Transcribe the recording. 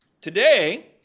Today